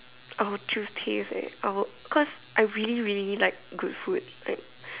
I'll choose taste eh I will cause I really really really like good food like